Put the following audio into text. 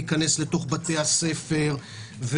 להיכנס לבתי הספר.